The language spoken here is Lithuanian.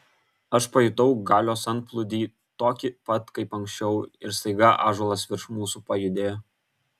aš pajutau galios antplūdį tokį pat kaip anksčiau ir staiga ąžuolas virš mūsų pajudėjo